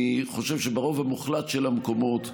אני חושב שברוב המוחלט של המקומות,